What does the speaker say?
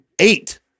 eight